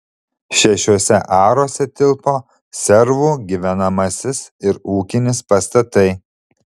šešiuose aruose tilpo servų gyvenamasis ir ūkinis pastatai